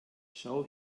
schau